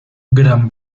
gran